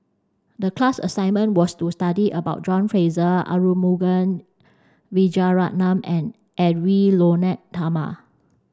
the class assignment was to study about John Fraser Arumugam Vijiaratnam and Edwy Lyonet Talma